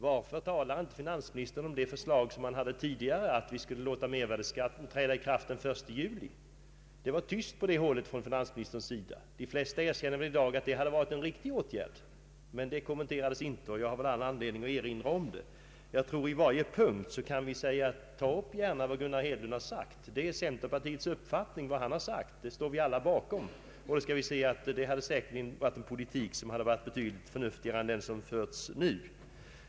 Varför talar inte finansministern om det förslag som han hade tidigare, att vi skulle låta mervärdeskatten träda i kraft den 1 juli? Det var tyst om detta från finansministern sida. De flesta erkänner väl i dag att det hade varit en riktig åtgärd. Men detta kommenterades inte, och jag har anledning att erinra om det. Vi kan gärna på varje punkt ta upp vad Gunnar Hedlund har sagt. Det är centerpartiets uppfattning som han har framfört, och den står vi alla bakom. Det hade säkerligen inneburit en politik som varit betydligt förnuftigare än den som förts nu.